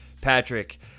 Patrick